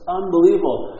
unbelievable